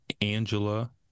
angela